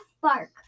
bark